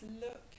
look